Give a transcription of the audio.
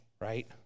right